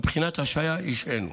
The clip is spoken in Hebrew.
מבחינת השהייה, השהינו.